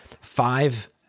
Five